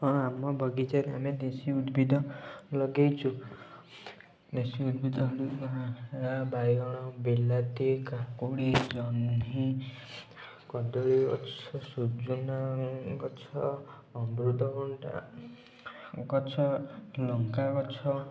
ହଁ ଆମ ବଗିଚାରେ ଆମେ ଦେଶୀ ଉଦ୍ଭିଦ ଲଗାଇଛୁ ଦେଶୀ ଉଦ୍ଭିଦ ବାଇଗଣ ବିଲାତି କାକୁଡ଼ି ଜହ୍ନି କଦଳୀ ଗଛ ସଜନା ଗଛ ଅମୃତଭଣ୍ଡା ଗଛ ଲଙ୍କା ଗଛ